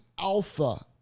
alpha